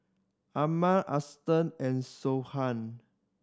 Arman Ashton and Siobhan